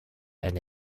and